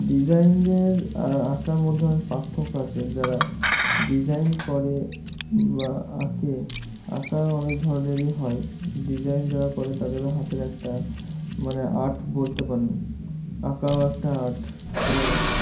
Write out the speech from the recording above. ডিজাইনদের আর আঁকার মধ্যে অনেক পার্থক্য আছে যারা ডিজাইন করে বা আঁকে আঁকা অনেক ধরনেরই হয় ডিজাইন যারা করে তাদেরও হাতের একটা মানে আর্ট বলতে পারেন আঁকাও একটা আর্ট তো